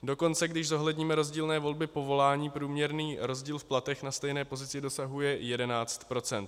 Dokonce když zohledníme rozdílné volby povolání, průměrný rozdíl v platech na stejné pozici dosahuje jedenáct procent.